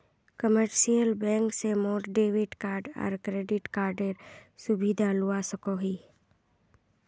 commercial bank से मोर debit card आर क्रेडिट कार्डेर सुविधा लुआ सकोही